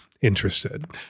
interested